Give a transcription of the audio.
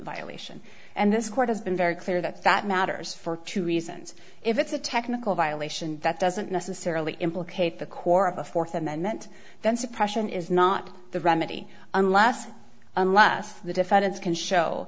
violation and this court has been very clear that that matters for two reasons if it's a technical violation that doesn't necessarily implicate the core of the fourth amendment then suppression is not the remedy unless unless the defendants can show